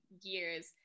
years